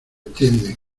entienden